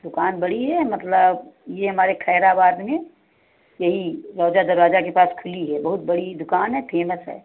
दुकान बड़ी है मतलब यह हमारे ख़ैराबाद में यही रौज़ा दरवाज़ा के पास खुली है बहुत बड़ी दुकान है फेमस है